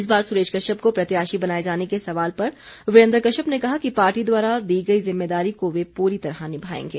इस बार सुरेश कश्यप को प्रत्याशी बनाए जाने के सवाल पर वीरेन्द्र कश्यप ने कहा कि पार्टी द्वारा दी गई जिम्मेदारी को वे पूरी तरह निभाएंगे